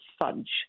fudge